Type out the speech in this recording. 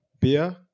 beer